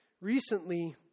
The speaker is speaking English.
Recently